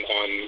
on